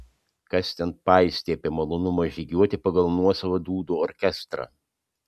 kas ten paistė apie malonumą žygiuoti pagal nuosavą dūdų orkestrą